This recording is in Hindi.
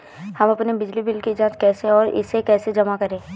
हम अपने बिजली बिल की जाँच कैसे और इसे कैसे जमा करें?